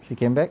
she came back